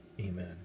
Amen